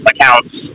accounts